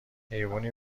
حیوونی